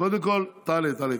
קודם כול חבר הכנסת קושניר,